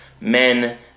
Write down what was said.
men